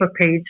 page